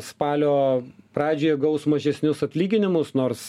spalio pradžioje gaus mažesnius atlyginimus nors